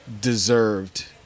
deserved